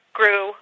grew